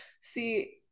see